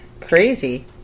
crazy